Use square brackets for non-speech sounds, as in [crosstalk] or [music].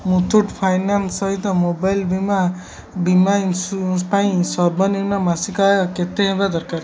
Muthoot finance ସହିତ mobile ବୀମା ବୀମା [unintelligible] ପାଇଁ ସର୍ବନିମ୍ନ ମାସିକ ଆୟ କେତେ ହେବା ଦରକାର